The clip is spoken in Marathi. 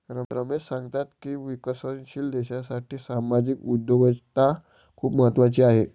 रमेश सांगतात की विकसनशील देशासाठी सामाजिक उद्योजकता खूप महत्त्वाची आहे